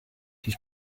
his